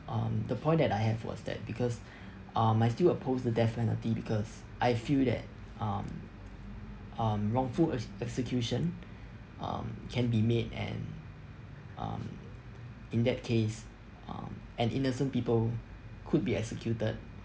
um the point that I have was that because um I still oppose the death penalty because I feel that um um wrongful as~ execution um can be made and um in that case um an innocent people could be executed